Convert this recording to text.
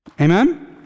amen